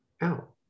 out